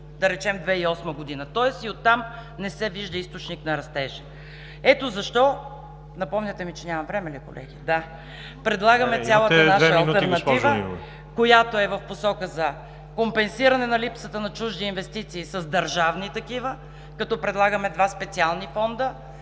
да речем, в 2008 г., тоест и оттам не се вижда източник на растеж. Ето защо предлагаме цялата наша алтернатива, която е в посока на компенсиране на липсата на чужди инвестиции с държавни такива, като предлагаме два специални фонда